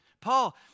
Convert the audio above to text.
Paul